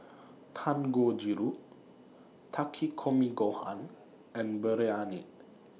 Dangojiru Takikomi Gohan and Biryani